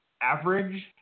average